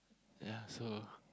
ya so